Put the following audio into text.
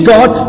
God